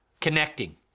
connecting